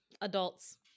Adults